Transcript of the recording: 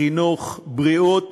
חינוך, בריאות,